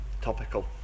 topical